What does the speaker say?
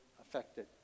affected